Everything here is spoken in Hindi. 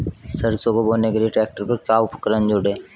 सरसों को बोने के लिये ट्रैक्टर पर क्या उपकरण जोड़ें?